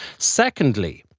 secondly,